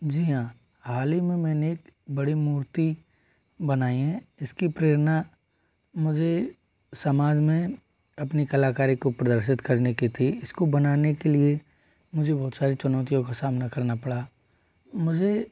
जी हाँ हाल ही में मैंने एक बड़ी मूर्ति बनाई है इसकी प्रेरणा मुझे समाज में अपनी कलाकारी को प्रदर्शित करने की थी इसको बनाने के लिए मुझे बहुत सारी चुनौतियों का सामना करना पड़ा मुझे